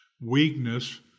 weakness